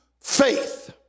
faith